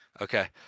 Okay